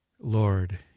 Lord